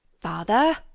Father